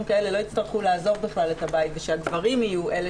כאלה לא יצטרכו לעזוב את הבית ושהגברים יהיו אלה